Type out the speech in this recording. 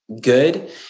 good